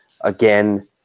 again